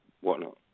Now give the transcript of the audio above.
whatnot